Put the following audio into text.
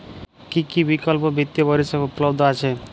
কী কী বিকল্প বিত্তীয় পরিষেবা উপলব্ধ আছে?